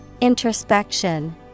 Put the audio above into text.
Introspection